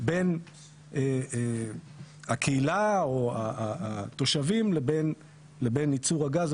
בין הקהילה או התושבים לבין ייצור הגז.